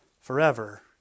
forever